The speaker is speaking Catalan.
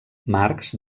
marx